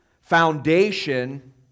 foundation